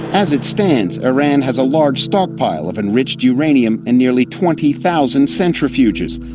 as it stands, iran has a large stockpile of enriched uranium and nearly twenty thousand centrifuges.